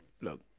look